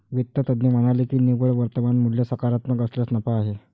वित्त तज्ज्ञ म्हणाले की निव्वळ वर्तमान मूल्य सकारात्मक असल्यास नफा आहे